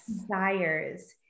desires